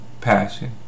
passion